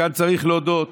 כאן צריך להודות